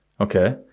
okay